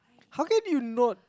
how can you not